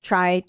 Try